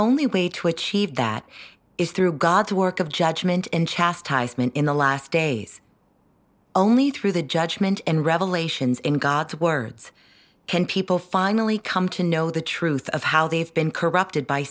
only way to achieve that is through god's work of judgment and chastisement in the last days only through the judgment and revelations in god's words can people finally come to know the truth of how they've been corrupted by